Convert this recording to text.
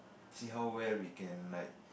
see how where we can like